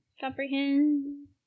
Comprehend